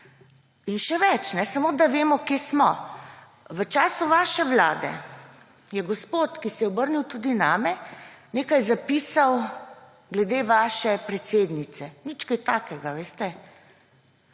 In še več, samo da vemo, kje smo. V času vaše vlade, je gospod, ki se je obrnil tudi name, nekaj zapisal glede vaše predsednice. Nič kaj takega.